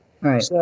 Right